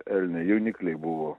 elnio jaunikliai buvo